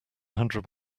hundred